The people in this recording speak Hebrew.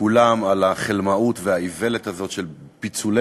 כולם על החלמאות והאיוולת הזאת של פיצולי